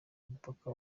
mupaka